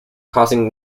causing